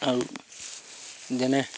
আৰু যেনে